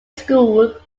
school